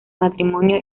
matrimonio